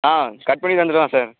cut பண்ணி தந்துடலாம் sir